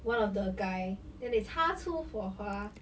one of the guy then they 擦出火花